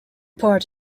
part